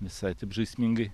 visai taip žaismingai